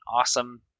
awesome